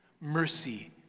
mercy